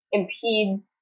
impedes